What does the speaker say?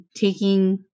taking